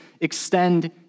extend